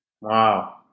Wow